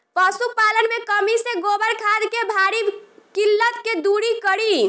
पशुपालन मे कमी से गोबर खाद के भारी किल्लत के दुरी करी?